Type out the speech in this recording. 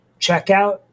checkout